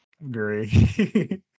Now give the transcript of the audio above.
Agree